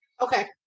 Okay